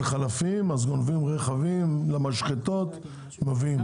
חלפים אז גונבים רכבים למשחטות ומביאים.